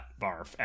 barf